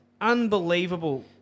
unbelievable